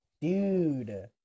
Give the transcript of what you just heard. Dude